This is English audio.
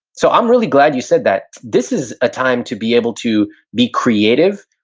so i'm really glad you said that. this is a time to be able to be creative,